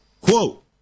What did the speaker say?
Quote